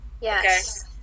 Yes